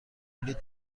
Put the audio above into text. بلیط